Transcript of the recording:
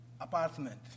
apartment